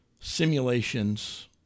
Simulations